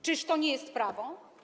Czyż to nie jest prawo?